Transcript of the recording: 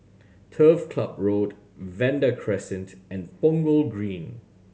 Turf Club Road Vanda Crescent and Punggol Green